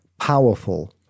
powerful